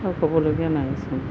আৰু ক'বলগীয়া নাইচোন